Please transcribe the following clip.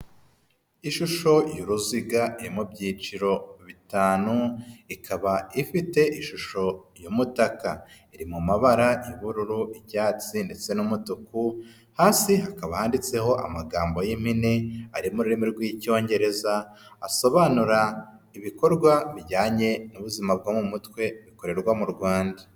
Ishusho y'uruziga iri mu byiciro bitanu, ikaba ifite ishusho y'umutaka. Iri mu mabara y'ubururu, icyatsi ndetse n'umutuku, hasi hakaba handitseho amagambo y'impine ari mu rurimi rw'icyongereza, asobanura ibikorwa bijyanye n'ubuzima bwo mu mutwe bikorerwa mu Rwanda.